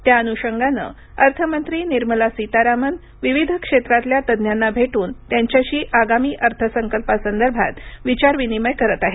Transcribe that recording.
त्या अनुषगानं अर्थमंत्री निर्मला सीताराम विविध क्षेत्रातल्या तज्ञांना भेटून त्यांच्याशी आगामी अर्थसंकल्पासंदर्भात विचारविनिमय करत आहेत